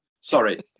Sorry